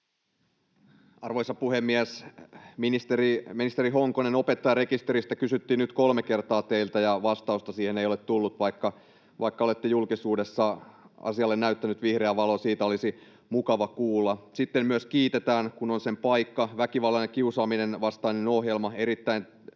Arvoisa puhemies! Ministeri Honkonen, opettajarekisteristä kysyttiin nyt kolme kertaa teiltä, ja vastausta siihen ei ole tullut, vaikka olette julkisuudessa asialle näyttänyt vihreää valoa. Siitä olisi mukava kuulla. Sitten myös kiitetään, kun on sen paikka: väkivallan ja kiusaamisen vastainen ohjelma on erittäin